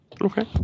Okay